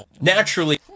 Naturally